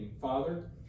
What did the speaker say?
Father